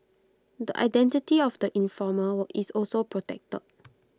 the identity of the informer is also protected